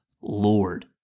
Lord